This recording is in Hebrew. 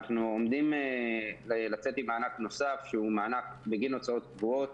אנחנו עומדים לצאת עם מענק נוסף שהוא מענק בגין הוצאות קבועות